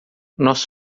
nós